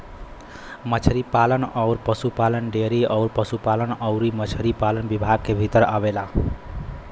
मछरी पालन अउर पसुपालन डेयरी अउर पसुपालन अउरी मछरी पालन विभाग के भीतर आवेला